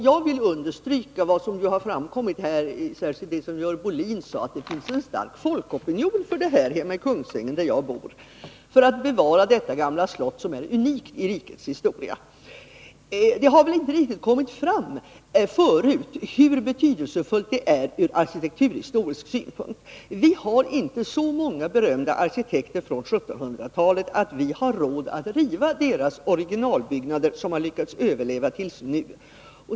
Jag vill understryka vad som framkommit här, särskilt i Görel Bohlins inlägg, nämligen att det finns en stark folkopinion i Kungsängen där jag bor för att bevara detta gamla slott, som är unikt i rikets historia. Det har inte kommit fram förut hur betydelsefullt det är ur arkitekturhistorisk synpunkt. Vi har inte så många berömda arkitekter från 1700-talet att vi har råd att riva deras originalbyggnader, om de har lyckats överleva tills nu.